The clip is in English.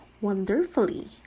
wonderfully